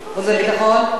חוץ וביטחון?